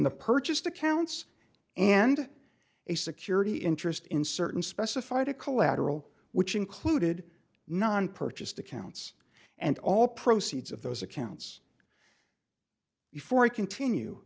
the purchased accounts and a security interest in certain specified a collateral which included non purchased accounts and all proceeds of those accounts before i continue